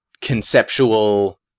conceptual